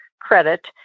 credit